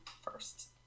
first